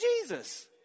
Jesus